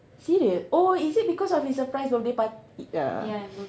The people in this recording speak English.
serious oh is it because of his surprise birthday party uh